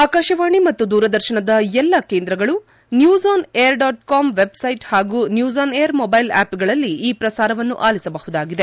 ಆಕಾಶವಾಣಿ ಮತ್ತು ದೂರದರ್ಶನದ ಎಲ್ಲಾ ಕೇಂದ್ರಗಳು news on air dot com website ಹಾಗೂ ನ್ನೂಸ್ ಆನ್ ಏರ್ ಮೊಬ್ವೆಲ್ ಆಪ್ಗಳಲ್ಲಿ ಈ ಪ್ರಸಾರವನ್ನು ಆಲಿಸಬಹುದಾಗಿದೆ